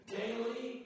daily